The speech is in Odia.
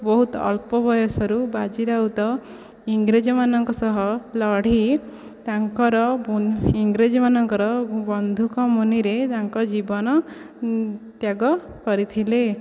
ବହୁତ ଅଳ୍ପ ବୟସରୁ ବାଜିରାଉତ ଇଂରେଜ ମାନଙ୍କ ସହ ଲଢ଼ି ତାଙ୍କର ଇଂରେଜୀ ମାନଙ୍କର ବନ୍ଧୁକ ମୁନରେ ତାଙ୍କ ଜୀବନ ତ୍ୟାଗ କରିଥିଲେ